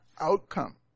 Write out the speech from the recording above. outcome